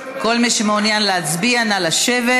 כל מי שמעוניין להצביע, נא לשבת.